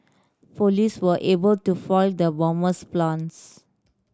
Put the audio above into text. police were able to foil the bomber's plans